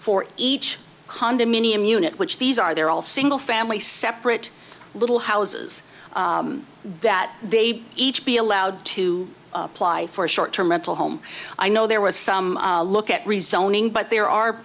for each condominium unit which these are they're all single family separate little houses that they each be allowed to apply for a short term rental home i know there was some look at rezoning but there are